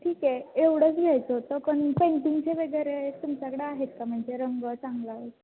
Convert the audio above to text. ठीक आहे एवढंच घ्यायचं होतं पण पेंटिंगचे वगैरे तुमच्याकडं आहेत का म्हणजे रंग चांगला